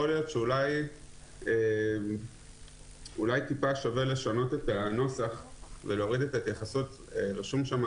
יכול להיות שאולי כדאי לשנות את הנוסח ולהוריד את המקומות שכתוב